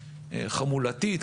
חמולתית,